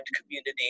community